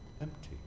empty